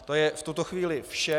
To je v tuto chvíli vše.